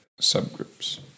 subgroups